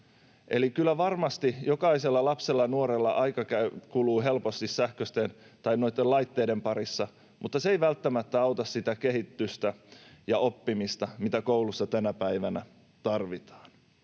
Kyllä varmasti jokaisella lapsella ja nuorella aika kuluu helposti noitten laitteiden parissa, mutta se ei välttämättä auta sitä kehitystä ja oppimista, mitä koulussa tänä päivänä tarvitaan.